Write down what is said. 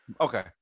Okay